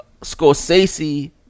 Scorsese